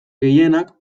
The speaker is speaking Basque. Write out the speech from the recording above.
gehienak